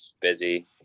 busy